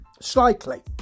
Slightly